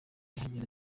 ahageze